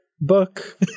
book